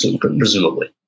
Presumably